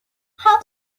how